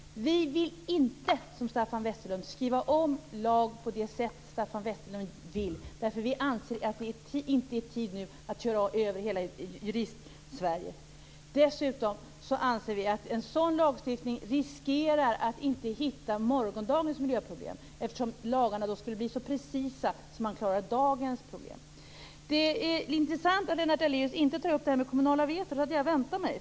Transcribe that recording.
Vi vill inte skriva om lagen på det sätt som Staffan Westerlund vill, därför att vi anser att det nu inte är tid att köra över hela Juristsverige. Dessutom anser vi att en sådan lagstiftning riskerar att inte hitta morgondagens miljöproblem, eftersom lagarna då skulle bli så precisa att man klarar dagens problem. Det är intressant att Lennart Daléus inte tar upp det kommunala vetot. Det hade jag väntat mig.